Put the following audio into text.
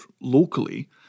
locally